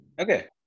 Okay